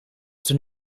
toen